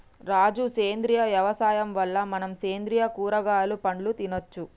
రాజు సేంద్రియ యవసాయం వల్ల మనం సేంద్రియ కూరగాయలు పండ్లు తినచ్చు